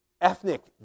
ethnic